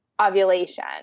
Ovulation